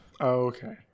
Okay